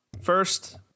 First